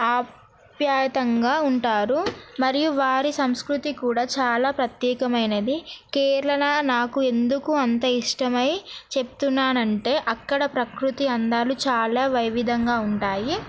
ఆప్యాయంగా ఉంటారు మరియు వారి సంస్కృతి కూడా చాలా ప్రత్యేకమైనది కేరళ నాకు ఎందుకు అంత ఇష్టమై చెప్తున్నానంటే అక్కడ ప్రకృతి అందాలు చాలా వైవిధ్యంగా ఉంటాయి